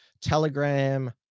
telegram